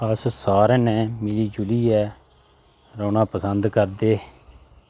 अस सारें नै मिली जुलियै रौह्ना पसंद करदे